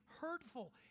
hurtful